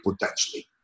potentially